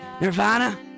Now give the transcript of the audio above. Nirvana